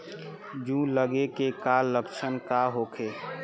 जूं लगे के का लक्षण का होखे?